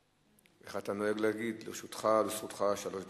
איך אתה אוהב להגיד, לרשותך, לזכותך שלוש דקות.